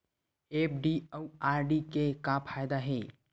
FD अउ RD के का फायदा हे?